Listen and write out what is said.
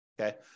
okay